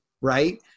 right